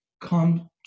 come